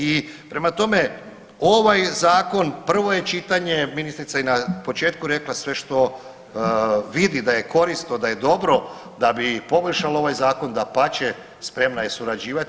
I prema tome ovaj zakon, prvo je čitanje, ministrica je i na početku rekla sve što vidi da je korisno, da je dobro, da bi poboljšalo ovaj zakon dapače spremna je surađivati.